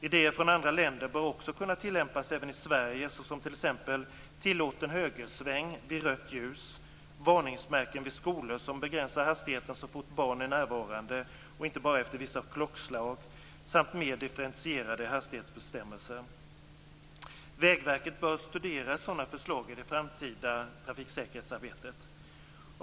Idéer från andra länder bör också kunna tillämpas även i Sverige, såsom t.ex. tillåten högersväng vid rött ljus, varningsmärken vid skolor som begränsar hastigheten så fort barn är närvarande och inte bara efter vissa klockslag samt mer differentierade hastighetsbestämmelser. Vägverket bör studera sådana förslag i det framtida trafiksäkerhetsarbetet.